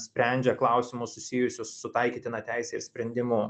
sprendžia klausimus susijusius su taikytina teise sprendimų